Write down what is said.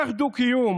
איך דו-קיום